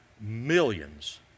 millions